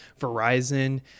Verizon